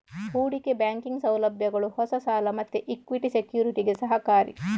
ಹೂಡಿಕೆ ಬ್ಯಾಂಕಿಂಗ್ ಸೌಲಭ್ಯಗಳು ಹೊಸ ಸಾಲ ಮತ್ತೆ ಇಕ್ವಿಟಿ ಸೆಕ್ಯುರಿಟಿಗೆ ಸಹಕಾರಿ